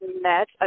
met